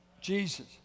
Jesus